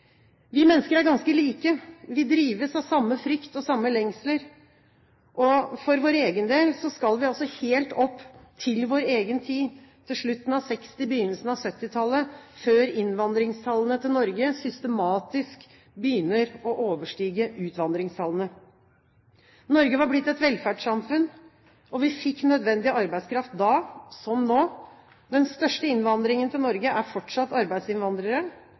Vi mennesker er ganske like, vi drives av samme frykt og samme lengsler. For vår egen del skal vi helt opp til vår egen tid, til slutten av 1960- og begynnelsen av 1970-tallet, før innvandringstallene til Norge systematisk begynner å overstige utvandringstallene. Norge var blitt et velferdssamfunn, og vi fikk nødvendig arbeidskraft da som nå. Den største innvandringen til Norge er fortsatt arbeidsinnvandrere.